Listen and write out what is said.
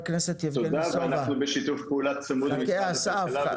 תודה, ואנחנו בשיתוף פעולה צמוד עם משרד הכלכלה.